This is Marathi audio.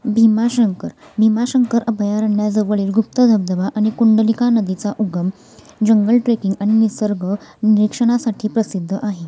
भीमाशंकर भीमाशंकर अभयारण्यजवळील गुप्त धबधबा आणि कुंडलिका नदीचा उगम जंगल ट्रेकिंग आणि निसर्ग निरीक्षणासाठी प्रसिद्ध आहे